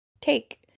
take